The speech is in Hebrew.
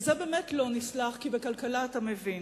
וזה באמת לא נסלח, כי בכלכלה אתה מבין.